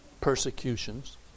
persecutions